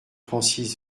francis